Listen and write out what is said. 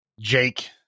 Jake